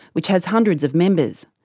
which has hundreds of members.